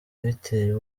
biteye